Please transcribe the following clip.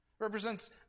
represents